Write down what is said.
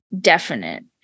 definite